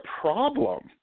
problem